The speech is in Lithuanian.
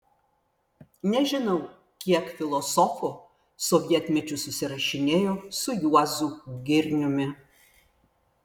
nežinau kiek filosofų sovietmečiu susirašinėjo su juozu girniumi